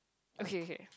okay okay